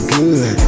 good